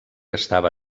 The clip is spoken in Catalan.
estava